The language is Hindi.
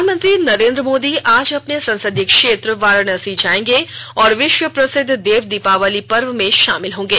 प्रधानमंत्री नरेन्द मोदी आज अपने संसदीय क्षेत्र वाराणसी जायेंगे और विश्व प्रसिद्ध देव दीपावली पर्व में शामिल होंगे